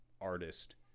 artist